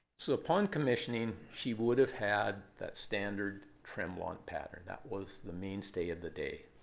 so upon commissioning, she would have had that standard tremblant pattern. that was the mainstay of the day.